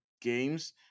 games